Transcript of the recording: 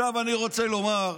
עכשיו אני רוצה לומר,